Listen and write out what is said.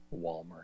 Walmart